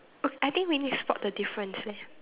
oh I think we need to spot the difference leh